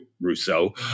Rousseau